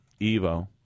Evo